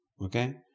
Okay